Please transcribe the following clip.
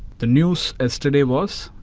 the news yesterday was,